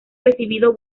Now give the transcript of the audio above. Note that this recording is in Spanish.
recibido